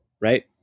right